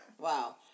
Wow